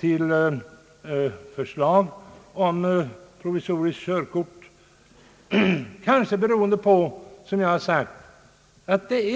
Den föreslog inte provisoriska körkort, kanske beroende på att det